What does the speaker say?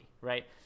right